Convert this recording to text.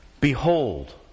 Behold